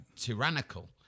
tyrannical